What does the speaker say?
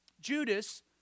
Judas